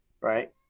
right